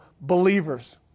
Believers